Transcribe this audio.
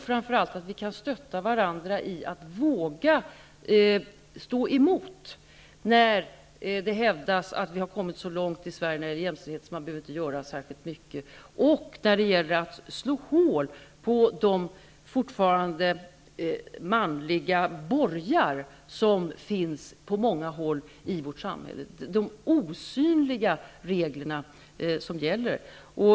Framför allt har de betydelse för att vi skall kunna stötta varandra, våga stå emot när det hävdas att jämställdheten har kommit så långt i Sverige att det inte behöver göras särskilt mycket mer och när det gäller att slå hål på de manliga borgar som fortfarande finns på många håll i vårt samhälle, de osynliga reglerna som gäller.